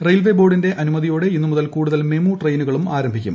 railway ബോർഡിന്റെ അനുമതിയോടെ ഇന്നുമുതൽ കൂടുതൽ മെമു ട്രെയിനുകളും ആരംഭിക്കും